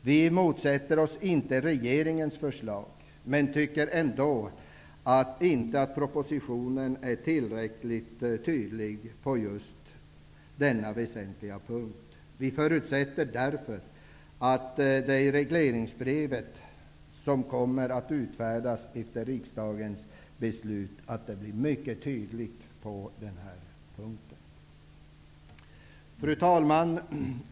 Vi motsätter oss inte regeringens förslag, men vi tycker ändå inte att propositionen är tillräckligt tydlig på denna väsentliga punkt. Vi förutsätter därför att det regleringsbrev som kommer att utfärdas efter riksdagens beslut blir mycket tydligt på den här punkten. Fru talman!